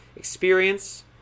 experience